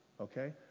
Okay